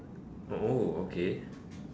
oh okay